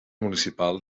municipal